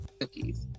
cookies